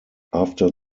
after